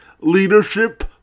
leadership